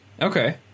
Okay